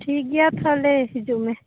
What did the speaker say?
ᱴᱷᱤᱠ ᱜᱮᱭᱟ ᱛᱟᱦᱚᱞᱮ ᱦᱤᱡᱩᱜ ᱢᱮ